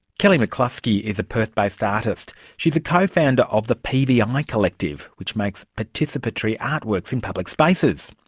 kelli mccluskey is a perth-based artist, she is a co-founder of the pvi um like collective which makes participatory artworks in public spaces.